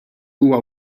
huwa